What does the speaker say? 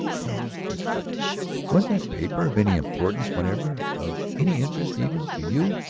tell me just this was that paper of any importance whatever, of any interest even, to you?